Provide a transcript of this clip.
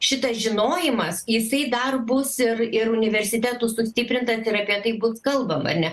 šitas žinojimas jisai dar bus ir ir universitetų sustiprintas ir apie tai bus kalbama ne